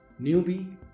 Newbie